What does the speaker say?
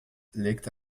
legte